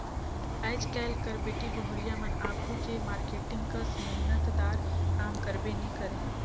आएज काएल कर बेटी बहुरिया मन आघु के मारकेटिंग कस मेहनत दार काम करबे नी करे